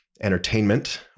entertainment